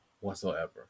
whatsoever